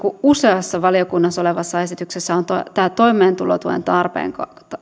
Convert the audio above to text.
useassa valiokunnassa olevassa esityksessä on tämä toimeentulotuen tarpeen